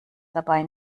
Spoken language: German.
dabei